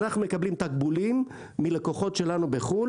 אנחנו מקבלים תקבולים מלקוחות שלנו בחו"ל